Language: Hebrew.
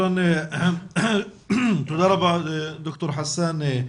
תודה רבה ד"ר חסאן.